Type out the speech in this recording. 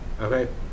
Okay